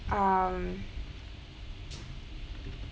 um